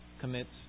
commits